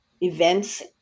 events